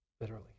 bitterly